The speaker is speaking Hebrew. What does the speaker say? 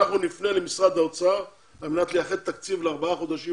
אנחנו נפנה למשרד האוצר על מנת לייחד תקציב לארבעה חודשיים